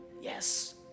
Yes